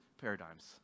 paradigms